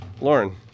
Lauren